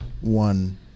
one